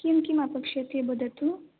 किं किम् अपेक्ष्यते वदतु